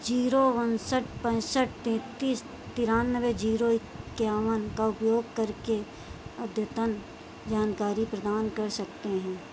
zero उनसठ पैंसठ तैंतीस तेरानवे जीरो इक्यावन का उपयोग करके अद्यतन जानकारी प्रदान कर सकते हैं